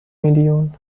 میلیون